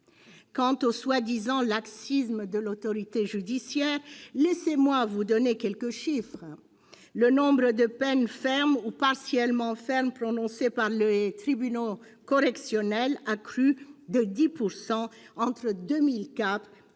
Quant au prétendu laxisme de l'autorité judiciaire, laissez-moi vous donner quelques chiffres : le nombre de peines fermes ou partiellement fermes prononcées par les tribunaux correctionnels a crû de 10 % entre 2004 et 2015.